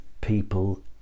people